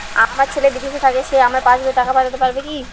আমার ছেলে বিদেশে থাকে সে আমার পাসবই এ টাকা পাঠাতে পারবে কি?